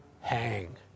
hang